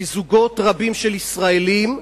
כי זוגות רבים של ישראלים,